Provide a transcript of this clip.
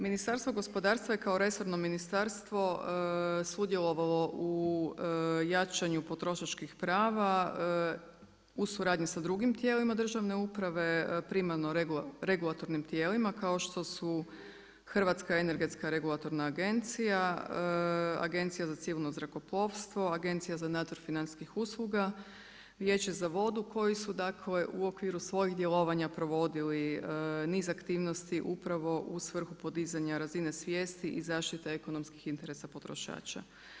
Ministarstvo gospodarstva je kao resorno ministarstvo sudjelovalo u jačanju potrošačkih prava u suradnji sa drugim tijelima državne uprave, primarno regulatornim tijelima kao što su Hrvatska energetska regulatorna agencija, Agencija za civilno zrakoplovstvo, Agencija za nadzor financijskih usluga, Vijeće za vodu koji su u okviru svojim djelovanja provodili niz aktivnosti upravo u svrhu podizanja razine svijesti i zaštite ekonomskih interesa potrošača.